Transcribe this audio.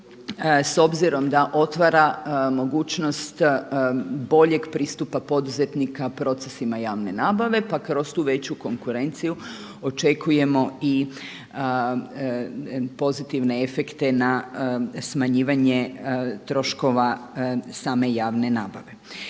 s obzirom da otvara mogućnost boljeg pristupa poduzetnika procesima javne nabave, pa kroz tu veću konkurenciju očekujemo i pozitivne efekte na smanjivanje troškova same javne nabave.